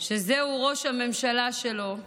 שזהו ראש הממשלה שלו,